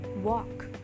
Walk